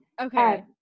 Okay